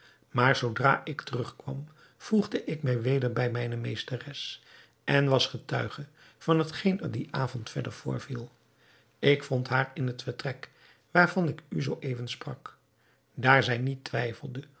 maar zoodra ik terugkwam voegde ik mij weder bij mijne meesteres en was getuige van hetgeen er dien avond verder voorviel ik vond haar in het vertrek waarvan ik u zoo even sprak daar zij niet twijfelde